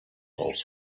auf